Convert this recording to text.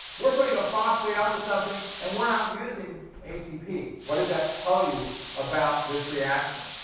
we're putting a phosphate onto something and we're not using atp. what does that tell you about this reaction?